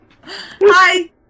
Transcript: Hi